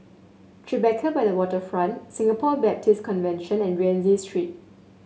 Tribeca by the Waterfront Singapore Baptist Convention and Rienzi Street